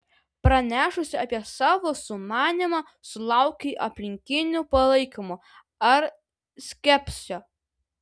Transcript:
pranešusi apie savo sumanymą sulaukei aplinkinių palaikymo ar skepsio